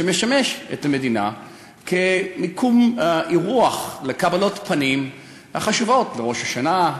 ומשמש את המדינה כמקום אירוח לקבלות פנים חשובות: בראש השנה,